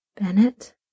Bennett